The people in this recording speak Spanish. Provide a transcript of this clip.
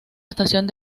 estación